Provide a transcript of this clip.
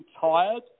tired